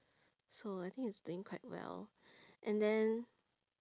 so I think he's doing quite well and then